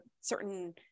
certain